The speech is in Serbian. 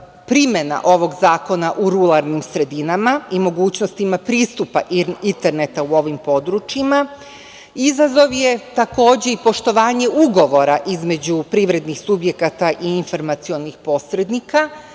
primena ovog zakona u ruralnim sredinama i mogućnostima pristupa interneta u ovim područjima. Izazov je, takođe, i poštovanje ugovora između privrednih subjekata i informacionih posrednika.